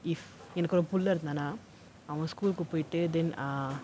if எனக்கொரு புள்ள இருந்தானா அவன்:enakkoru pulla irunthaanaa avan school க்கு போயிட்டு:kku poyittu then ah